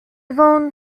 bond